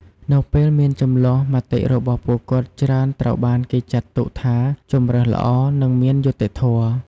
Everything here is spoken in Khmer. នៅពេលមានជម្លោះ មតិរបស់ពួកគាត់ច្រើនត្រូវបានគេចាត់ទុកថាជម្រើសល្អ និងមានយុត្តិធម៌។